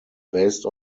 based